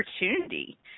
opportunity